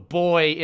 boy